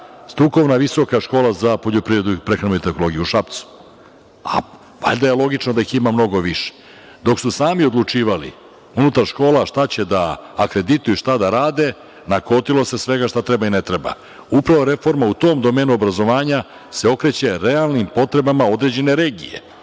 strukovna visoka škola za poljoprivredu i prehrambenu tehnologiju u Šapcu, a valjda je logično da ih ima mnogo više. Dok su sami odlučivali unutar škola šta će da akredituju i šta da rade, nakotilo se svega šta treba i ne treba. Upravo reforma u tom domenu obrazovanja se okreće realnim potrebama određene regije,